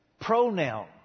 pronoun